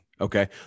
okay